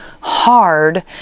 hard